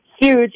huge